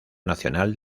nacional